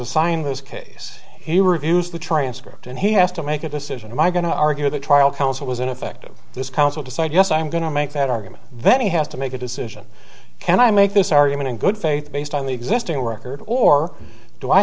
assigned those case he reviews the transcript and he has to make a decision of my going to argue the trial counsel was ineffective this counsel decide yes i'm going to make that argument that he has to make a decision can i make this argument in good faith based on the existing record or do i